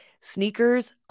sneakers